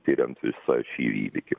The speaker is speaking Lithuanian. tiriant visą šį įvykį